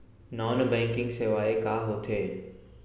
Non banking सेवाएं का होथे?